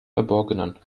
verborgenen